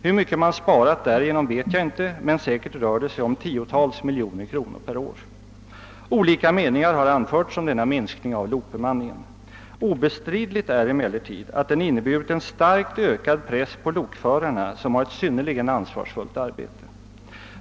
Hur mycket man därigenom har sparat vet jag inte, men säkerligen rör det sig om tiotals miljoner kronor per år, Olika meningar har anförts om denna minskning av lokbemanningen. Obestridligt är emellertid att den inneburit en starkt ökad press på lokförarna, som har ett synnerligen ansvarsfullt arbete.